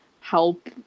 help